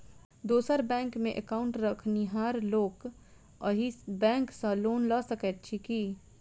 दोसर बैंकमे एकाउन्ट रखनिहार लोक अहि बैंक सँ लोन लऽ सकैत अछि की?